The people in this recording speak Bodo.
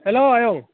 हेल्ल' आयं